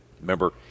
Remember